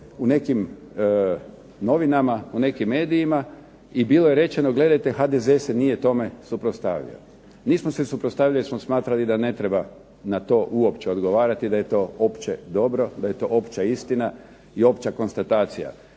u nekim novinama, u nekim medijima i bilo je rečeno, gledajte HDZ se nije tome suprotstavio. Nismo se suprotstavili jer smo smatrali da ne treba na to uopće odgovarati, da je to opće dobro, da je to opća istina i opća konstatacija